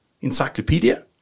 Encyclopedia